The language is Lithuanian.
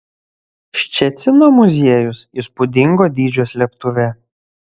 ščecino muziejus įspūdingo dydžio slėptuvė